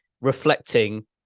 reflecting